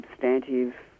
substantive